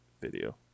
video